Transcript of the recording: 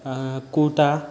kurta